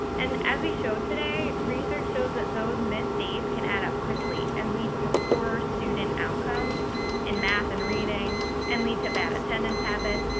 and as we showed today, research shows that those missed days can add up quickly and lead to poor student outcomes in math and reading and lead to bad attendance habits,